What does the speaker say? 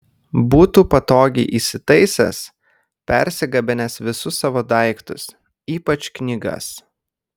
būtų patogiai įsitaisęs persigabenęs visus savo daiktus ypač knygas